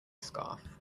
scarf